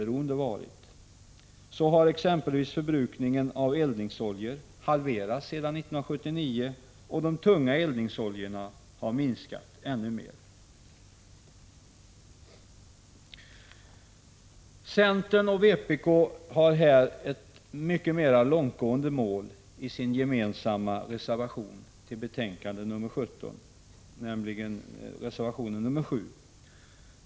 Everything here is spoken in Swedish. Förbrukningen av eldningsoljor har exempelvis halverats sedan 23 april 1986 1979, och förbrukningen av de tunga eldningsoljorna har minskat ännu mer. Centern och vpk har här ett mycket mer långtgående mål i sin gemensamma reservation till betänkande 17, reservation 7.